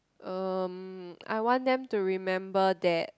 um I want them to remember that